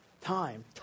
Time